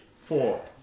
Four